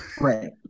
right